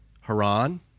Haran